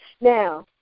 Now